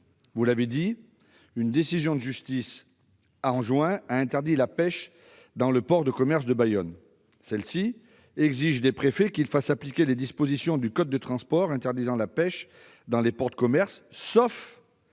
juin dernier, une décision de justice a interdit la pêche dans le port de commerce de Bayonne. Le tribunal exige des préfets qu'ils fassent appliquer les dispositions du code de transport interdisant la pêche dans les ports de commerce, sauf